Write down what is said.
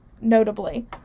notably